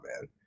man